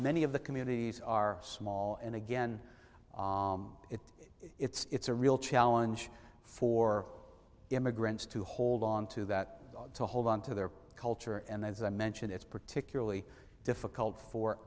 many of the communities are small and again it it's a real challenge for immigrants to hold onto that to hold on to their culture and as i mentioned it's particularly difficult for